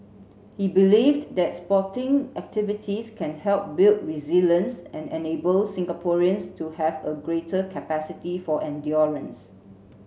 he believed that sporting activities can help build resilience and enable Singaporeans to have a greater capacity for endurance